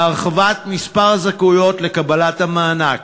להרחבת כמה זכאויות לקבלת המענק.